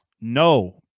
No